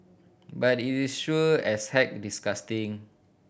but it is sure as heck disgusting